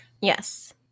Yes